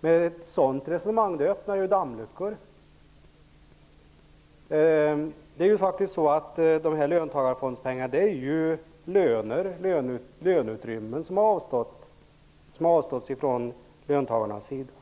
Men ett sådant resonemang öppnar dammluckor. Löntagarfondspengarna utgörs av löneutrymmen som löntagarna avstått.